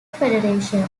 federation